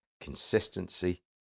consistency